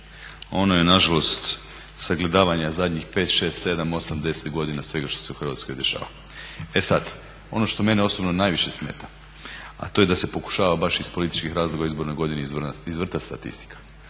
Ono je na žalost sagledavanja zadnjih pet, šest, sedam, osam, deset godina svega što se u Hrvatskoj dešava. E sad, ono što mene osobno najviše smeta, a to je da se pokušava baš iz političkih razloga u izbornoj godini izvrtati statistika.